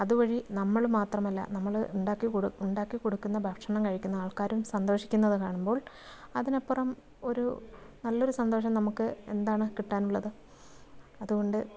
അതുവഴി നമ്മൾ മാത്രമല്ല നമ്മൾ ഉണ്ടാക്കി ഉണ്ടാക്കി കൊടുക്കുന്ന ഭക്ഷണം കഴിക്കുന്ന ആൾക്കാരും സന്തോഷിക്കുന്നത് കാണുമ്പോൾ അതിനപ്പുറം ഒരു നല്ലൊരു സന്തോഷം നമുക്ക് എന്താണ് കിട്ടാനുള്ളത് അതുകൊണ്ട്